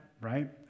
right